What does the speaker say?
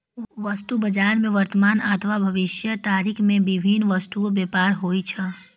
वस्तु बाजार मे वर्तमान अथवा भविष्यक तारीख मे विभिन्न वस्तुक व्यापार होइ छै